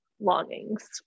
longings